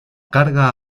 carga